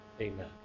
Amen